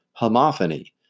homophony